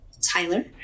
Tyler